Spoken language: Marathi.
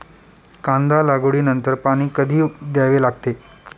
कांदा लागवडी नंतर पाणी कधी द्यावे लागते?